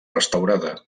restaurada